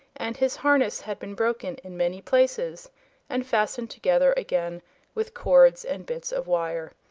and his harness had been broken in many places and fastened together again with cords and bits of wire.